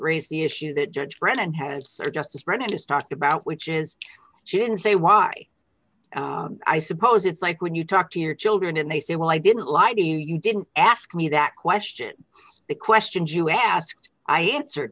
raise the issue that judge brennan has or justice brennan has talked about which is she didn't say why i suppose it's like when you talk to your children and they say well i didn't lie to you you didn't ask me that question the questions you asked i answered